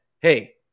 hey